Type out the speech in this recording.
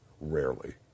Rarely